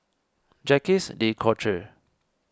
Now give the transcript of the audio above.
Jacques De Coutre